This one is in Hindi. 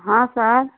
हाँ सर